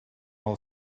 all